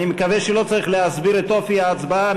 אני מקווה שלא צריך להסביר את אופי ההצבעה.